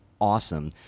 awesome